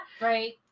Right